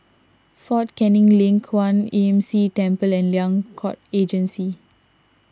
fort Canning Link Kwan Imm See Temple and Liang Court Regency